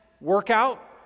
workout